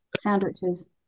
Sandwiches